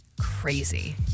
crazy